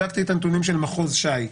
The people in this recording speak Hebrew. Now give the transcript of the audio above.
בדקתי את הנתונים של מחוז ש"י.